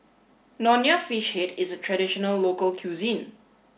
Nonya Fish Head is a traditional local cuisine